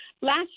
Last